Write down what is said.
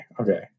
okay